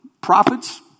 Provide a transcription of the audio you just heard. prophets